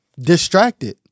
Distracted